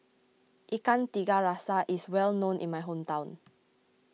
Ikan Tiga Rasa is well known in my hometown